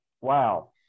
wow